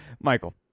Michael